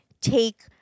take